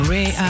Ray